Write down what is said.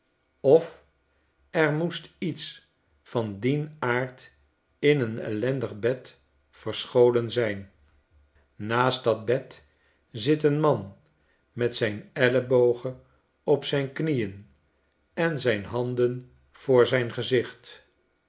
of er moest iets van dien aard in een ellendig bed verscholen zijn naast dat bed zit een man met zijn ellebogen op zijn knieen en zijn handen voor zijn gezicht